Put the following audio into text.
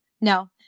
No